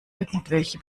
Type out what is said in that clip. irgendwelche